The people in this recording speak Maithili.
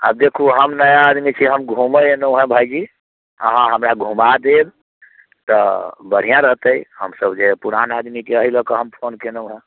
आ देखू हम नया आदमी छै हम घूमे एलहुँ हँ भाइजी अहाँ हमरा घूमा देब तऽ बढ़िआँ रहतै हमसब जे पुरान आदमीके अई लऽ के हम फोन कयलहुँ हँ